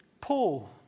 Paul